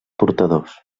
portadors